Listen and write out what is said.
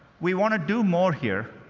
we want to do more here,